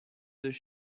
does